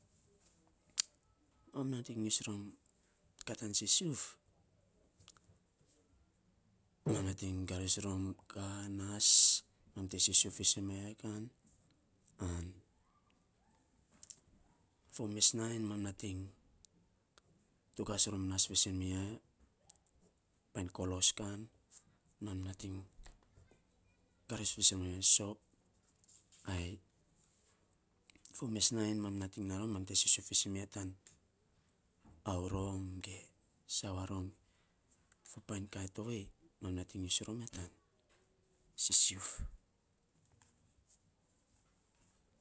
Mam nating us rom ka tan sisiuf, mam nating garus rom ka nas, mam te sisiuf fiisen miya kan. An fo mes nainy mam nating togas rom nas fiisen miya painy kolos kan mam nating garus fiisen miya sop. Ai fo mes nainy mam nating naa rom mam te sisiuf fiisen miya tana auro ge sawa rum painy kaiin tovei mam nating us rom ya tan sisiuf.